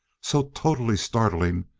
so totally startling,